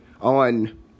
on